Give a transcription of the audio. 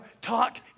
talk